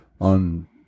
on